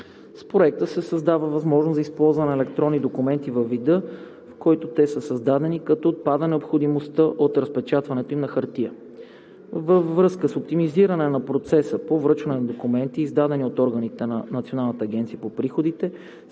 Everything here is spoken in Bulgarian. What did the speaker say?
С Проекта се създава възможност за използването на електронни документи във вида, в който те са създадени, като отпада необходимостта от разпечатването им на хартия. Във връзка с оптимизиране на процеса по връчване на документи, издадени от органите на Националната агенция по приходите,